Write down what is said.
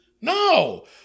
No